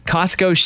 Costco